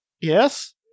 Yes